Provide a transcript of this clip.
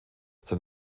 sein